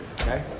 okay